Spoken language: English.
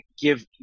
give